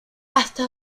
hasta